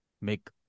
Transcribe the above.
make